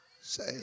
say